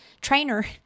trainer